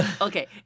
Okay